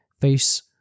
face